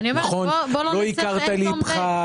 לא הכרת לי בפחת,